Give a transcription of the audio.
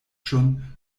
schon